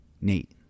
Nate